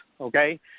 Okay